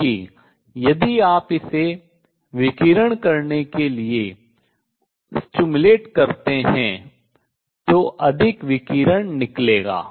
क्योंकि यदि आप इसे विकिरण करने के लिए stimulate उद्दीपित करते हैं तो अधिक विकिरण निकलेगा